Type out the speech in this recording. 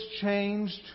changed